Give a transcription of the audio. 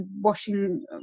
washing